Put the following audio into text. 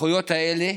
הסמכויות האלה